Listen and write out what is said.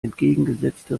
entgegengesetzte